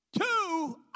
two